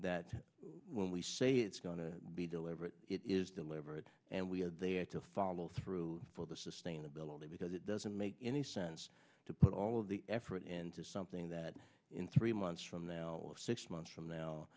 that when we say it's going to be deliberate it is deliberate and we are there to follow through for the sustainability because it doesn't make any sense to put all of the effort into something that in three months from now or six months from now